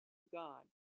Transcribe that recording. god